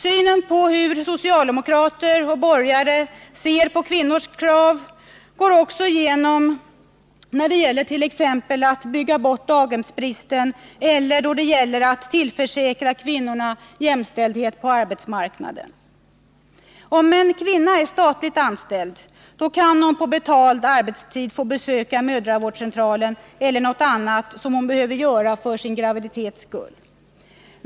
Denna socialdemokraternas och borgarnas syn på kvinnors krav går igen när det gäller att bygga bort daghemsbristen eller då det gäller att tillförsäkra kvinnorna jämställdhet på arbetsmarknaden. Om en kvinna är statligt anställd kan hon på betald arbetstid besöka mödravårdscentral eller göra andra saker som hon behöver för sin graviditets skull.